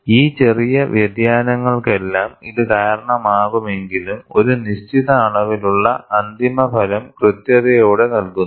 ഈ ചെറിയ വ്യതിയാനങ്ങൾക്കെല്ലാം ഇത് കാരണമാകുമെങ്കിലും ഒരു നിശ്ചിത അളവിലുള്ള അന്തിമഫലം കൃത്യതയോടെ നൽകുന്നു